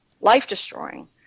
life-destroying